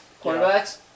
quarterbacks